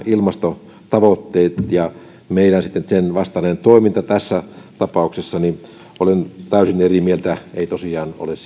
ilmastotavoitteet ja meidän ikään kuin niiden vastainen toimintamme tässä tapauksessa niin olen täysin eri mieltä ei tosiaan ole